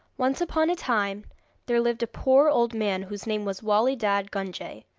once upon a time there lived a poor old man whose name was wali dad gunjay,